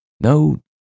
No